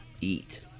eat